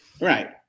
right